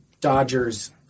Dodgers